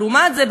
לעומת זה,